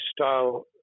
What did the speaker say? style